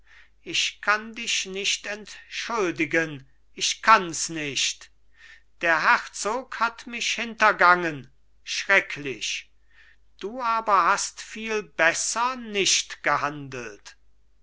ich kann dich nicht entschuldigen ich kanns nicht der herzog hat mich hintergangen schrecklich du aber hast viel besser nicht gehandelt